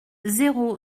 zéro